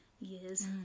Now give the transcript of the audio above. years